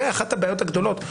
אחת הבעיות הגדולות,